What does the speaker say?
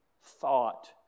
thought